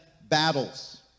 battles